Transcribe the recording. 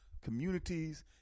communities